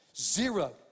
Zero